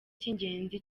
cy’ingenzi